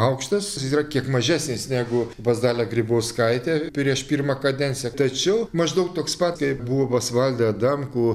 aukštas jis yra kiek mažesnis negu pas dalią grybauskaitę prieš pirmą kadenciją tačiau maždaug toks pat kai buvo pas valdą adamkų